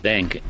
Bank